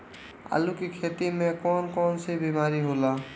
आलू की खेती में कौन कौन सी बीमारी होला?